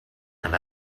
and